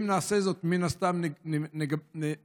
אם נעשה זאת, מן הסתם, ניצור